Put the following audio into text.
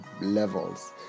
levels